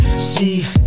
See